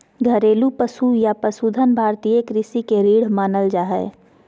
घरेलू पशु या पशुधन भारतीय कृषि के रीढ़ मानल जा हय